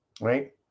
right